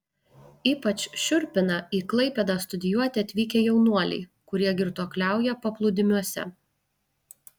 ypač šiurpina į klaipėdą studijuoti atvykę jaunuoliai kurie girtuokliauja paplūdimiuose